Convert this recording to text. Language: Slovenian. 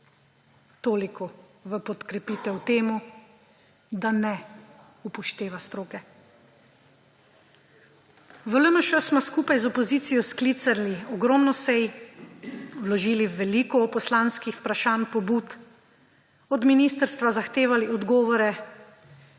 Toliko v podkrepitev temu, da ne upošteva stroke. V LMŠ smo skupaj z opozicijo sklicali ogromno sej, vložili veliko poslanskih vprašanj, pobud, od ministrstva zahtevali odgovore,